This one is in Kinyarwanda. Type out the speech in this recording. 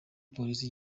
polisi